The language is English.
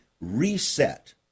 reset